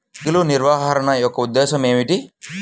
తెగులు నిర్వహణ యొక్క ఉద్దేశం ఏమిటి?